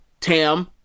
Tam